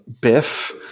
Biff